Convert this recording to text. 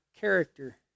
character